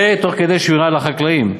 ותוך כדי שמירה על החקלאים,